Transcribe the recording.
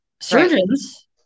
Surgeons